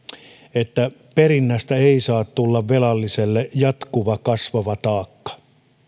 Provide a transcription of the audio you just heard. perinnästä ei saa tulla velalliselle jatkuva kasvava taakka